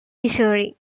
missouri